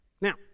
Now